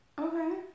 Okay